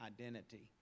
identity